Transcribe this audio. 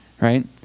right